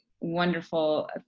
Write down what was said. wonderful